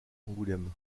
angoulême